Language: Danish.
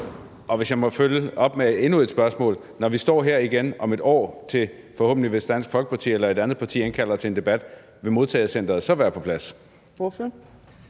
Hvis jeg må følge op med endnu et spørgsmål: Når vi står her igen om et år, hvis Dansk Folkeparti eller et andet parti indkalder til en debat, vil modtagecenteret så være på plads?